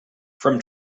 from